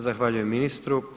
Zahvaljujem ministru.